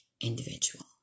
individual